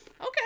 Okay